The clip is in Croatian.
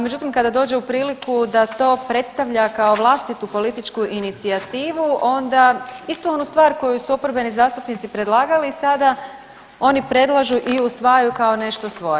Međutim, kada dođe u priliku da to predstavlja kao vlastitu političku inicijativu onda istu onu stvar koju su oporbeni zastupnici predlagali sada oni predlažu i usvajaju kao nešto svoje.